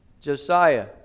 Josiah